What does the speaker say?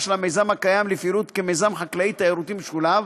של המיזם הקיים לפעילות כמיזם חקלאי תיירותי משולב,